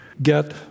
get